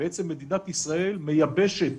מדינת ישראל מייבשת